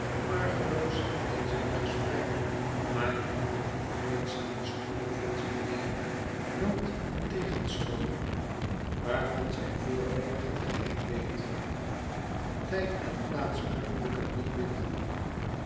argeloos in zijn gesprek maar onder dien vreedzamen stroom van zijn leven loopt een tegenstroom waarvan zijn voorvinger het geheim weet tijd en plaats kunnen bucket niet binden